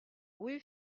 rue